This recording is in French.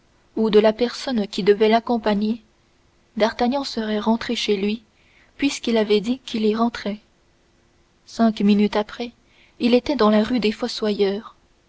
ou de la personne qui devait l'accompagner d'artagnan serait rentré chez lui puisqu'il avait dit qu'il y rentrait cinq minutes après il était dans la rue des